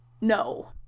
No